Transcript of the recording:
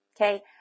okay